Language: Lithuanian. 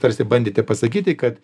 tarsi bandėte pasakyti kad